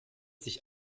sich